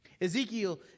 Ezekiel